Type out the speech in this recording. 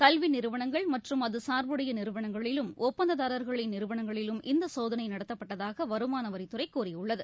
கல்விநிறுவனங்கள் மற்றும் அதுசாா்புடையநிறுவனங்களிலும் ஒப்பந்ததாரா்களின் நிறுவனங்களிலும் இந்தசோதனைநடத்தப்பட்டதாகவருமானவரித்துறைகூறியுள்ளது